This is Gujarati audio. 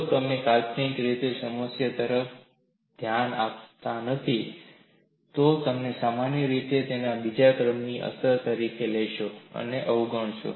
જો તમે કાલ્પનિક રીતે સમસ્યા તરફ ધ્યાન આપતા નથી તો તમે સામાન્ય રીતે તેને બીજા ક્રમમાં અસર તરીકે લેશો અને તેને અવગણશો